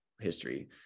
history